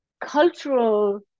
cultural